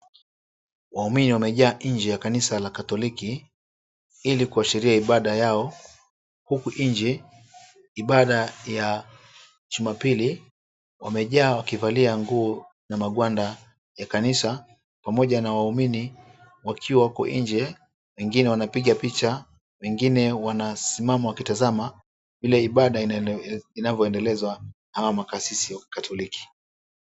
Waumini wamejaa nje ya kanisa la katoliki ili kuashiria ibada yao huku nje ibada ya jumapili. Wamejaa wakivaa nguo na magwanda ya kanisa pamoja na waumini wakiwa wako nje wengine wanapiga picha, wengine wanasimama wakitazama vile ibada inavyoendelezwa na hawa makasisi wa kikatoliki.